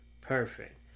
Perfect